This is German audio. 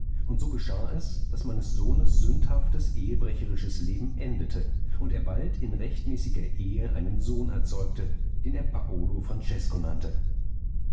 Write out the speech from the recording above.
und so geschah es daß meines sohnes sündhaftes ehebrecherisches leben endete und er bald in rechtmäßiger ehe einen sohn erzeugte den er paolo francesko nannte